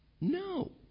No